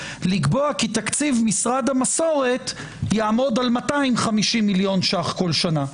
לקבוע כי תקציב משרד המסורת יעמוד על 250,000,000 ש"ח כל שנה.